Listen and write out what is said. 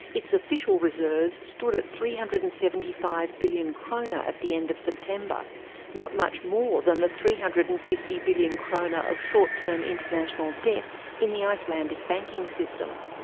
its official reserves stood at three hundred and seventy five billion kronur at the end of september not much much more than the three hundred and fifty billion kronur of short-term international debt in the icelandic banking system.